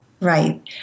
right